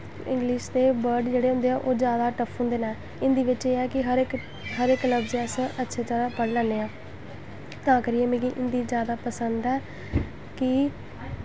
English दे word जेह्ड़े होंदे ऐ ओह् जादा टफ होंदे न हिन्दी बिच्च एह् ऐ कि हर इक हर इक लफ्ज अस अच्छी तरह् पढ़ी लैन्ने आं तां करियै मिगी हिन्दी जादा पसंद ऐ कि